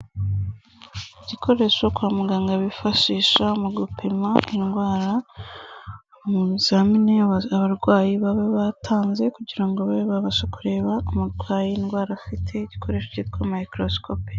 Igikoresho kwa muganga bifashisha mu gupima indwara mu bizamini abarwayi baba batanze kugira ngo babe babasha kureba umurwayi indwara afite, igikoresho kitwa "Microscope".